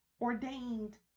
ordained